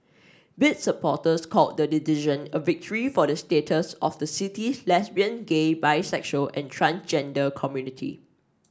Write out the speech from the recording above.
bid supporters called the decision a victory for the status of the city's lesbian gay bisexual and transgender community